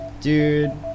Dude